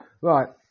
Right